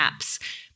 apps